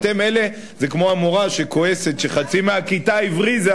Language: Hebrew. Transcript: אתם אלה, זה כמו המורה שכועסת שחצי מהכיתה הבריזה,